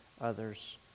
others